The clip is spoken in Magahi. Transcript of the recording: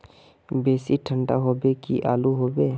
बेसी ठंडा होबे की आलू होबे